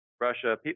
Russia